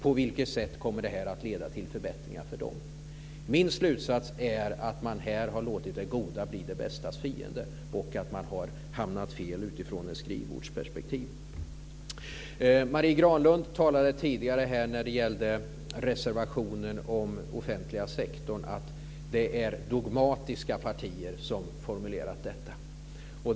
På vilket sätt kommer detta att leda till förbättringar för dem? Min slutsats är att man här har låtit det goda bli det bästas fiende och att man har hamnat fel utifrån ett skrivbordsperspektiv. Marie Granlund sade tidigare, när det gällde reservationen om den offentliga sektorn, att det var dogmatiska partier som formulerat den.